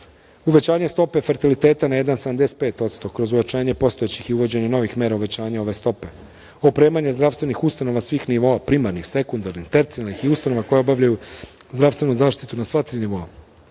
uvećanje stope fertiliteta na 1.75% kroz uvećanje postojećih i uvođenja novih mera uvećanja ove stope, opremanje zdravstvenih ustanova svih nivoa: primarnih, sekundarnih, tercijalnih i ustanova koje obavljaju zdravstvenu zaštitu na sva tri nivoa